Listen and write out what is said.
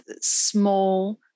small